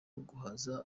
guhaza